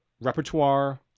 repertoire